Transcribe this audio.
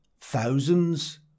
thousands